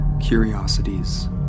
curiosities